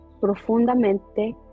profundamente